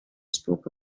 spoke